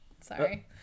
Sorry